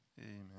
Amen